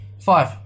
Five